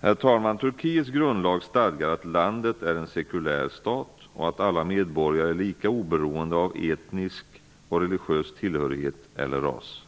Herr talman! Turkiets grundlag stadgar att landet är en sekulär stat och att alla medborgare är lika, oberoende av etnisk och religiös tillhörighet eller ras.